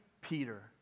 Peter